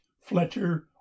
Fletcher